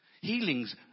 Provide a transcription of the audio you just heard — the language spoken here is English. Healings